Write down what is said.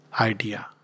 idea